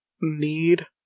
need